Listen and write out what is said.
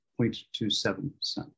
0.27%